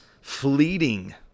fleeting